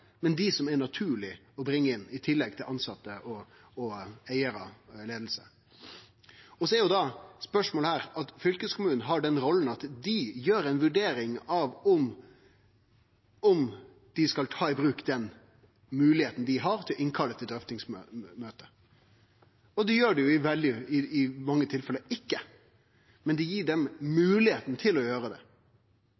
men dei det er naturleg å bringe inn, i tillegg til tilsette, eigarar og leiing. Så til spørsmålet om den rolla fylkeskommunen har i å gjere ei vurdering av om dei skal ta i bruk moglegheita dei har til å kalle inn til drøftingsmøte. Det gjer dei i veldig mange tilfelle ikkje, men det gir dei